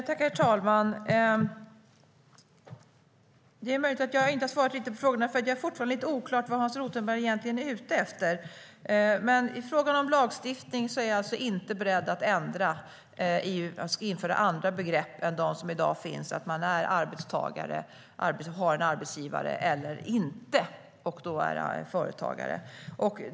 Herr talman! Det är möjligt att jag inte riktigt har svarat på frågorna, för jag tycker fortfarande att det är lite oklart vad Hans Rothenberg egentligen är ute efter. I frågan om lagstiftning är jag alltså inte beredd att införa andra begrepp än de som finns i dag, alltså antingen att man är arbetstagare och har en arbetsgivare eller att man är företagare.